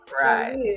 right